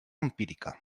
empírica